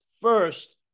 first